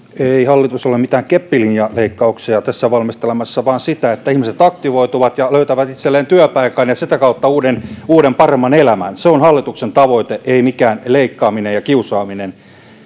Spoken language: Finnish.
ei hallitus ole mitään keppilinjaleikkauksia tässä valmistelemassa vaan sitä että ihmiset aktivoituvat ja löytävät itselleen työpaikan ja sitä kautta uuden uuden paremman elämän se on hallituksen tavoite ei mikään leikkaaminen ja kiusaaminen